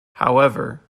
however